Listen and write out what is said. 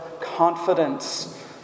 confidence